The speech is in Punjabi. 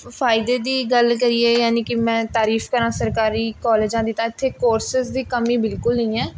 ਫਾਇਦੇ ਦੀ ਗੱਲ਼ ਕਰੀਏ ਜਣੀ ਕਿ ਮੈਂ ਤਾਰੀਫ਼ ਕਰਾ ਸਰਕਾਰੀ ਕੋਲਜਾਂ ਦੀ ਤਾਂ ਇੱਥੇ ਕੋਰਸਿਸ ਦੀ ਕਮੀ ਬਿਲਕੁਲ ਨਹੀਂ ਹੈ